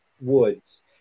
woods